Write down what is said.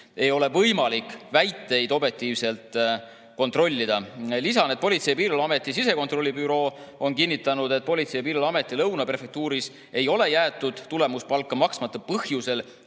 ei ole võimalik väiteid objektiivselt kontrollida. Lisan, et Politsei- ja Piirivalveameti sisekontrolli büroo on kinnitanud, et Politsei- ja Piirivalveameti Lõuna prefektuuris ei ole jäetud tulemuspalka maksmata põhjusel,